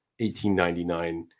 1899